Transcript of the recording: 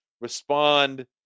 respond